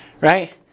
right